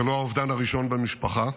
זה לא האובדן הראשון במשפחה,